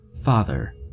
Father